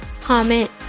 comment